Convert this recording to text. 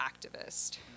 activist